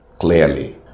clearly